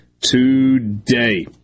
today